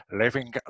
living